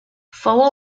fou